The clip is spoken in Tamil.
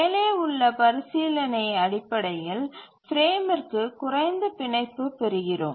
மேலே உள்ள பரிசீலனை அடிப்படையில் பிரேமிற்கு குறைந்த பிணைப்பு பெறுகிறோம்